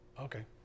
okay